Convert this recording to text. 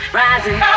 rising